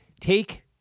take